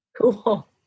Cool